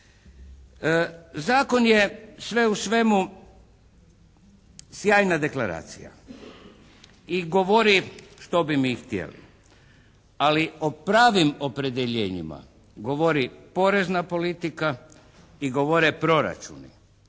Zakon je sve u svemu sjajna deklaracija i govori što bi mi htjeli ali o pravim opredjeljenjima govori porezna politika i govore proračuni,